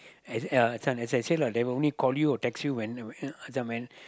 as yeah this one as I said lah they will only call you or text you when it's like